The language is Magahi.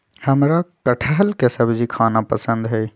हमरा कठहल के सब्जी खाना पसंद हई